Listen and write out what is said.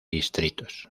distritos